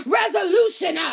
resolution